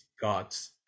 God's